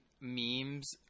memes